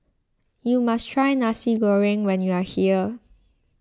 you must try Nasi Goreng when you are here